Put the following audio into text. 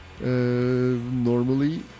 normally